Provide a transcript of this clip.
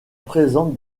présente